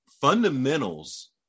fundamentals